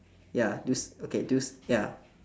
ya do you s~ okay do you s~ ya